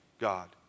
God